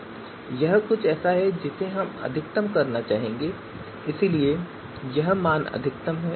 यह कुछ ऐसा है जिसे हम अधिकतम करना चाहेंगे और इसलिए यह मान अधिकतम है